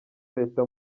leta